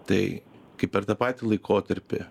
tai kai per tą patį laikotarpį